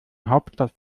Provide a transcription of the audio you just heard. hauptstadt